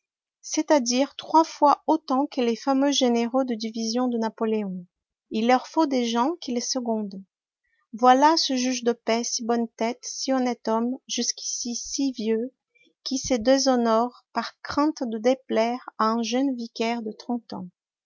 c'est-à-dire trois fois autant que les fameux généraux de division de napoléon il leur faut des gens qui les secondent voilà ce juge de paix si bonne tête si honnête homme jusqu'ici si vieux qui se déshonore par crainte de déplaire à un jeune vicaire de trente ans